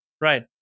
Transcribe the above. Right